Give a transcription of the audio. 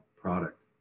product